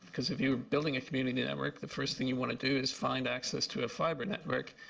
because if you are building a community network, the first thing you want to do is find access to a fiber network.